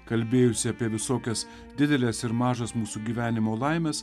kalbėjusi apie visokias dideles ir mažas mūsų gyvenimo laimes